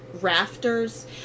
rafters